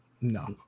no